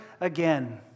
again